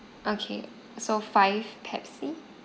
okay so five pepsi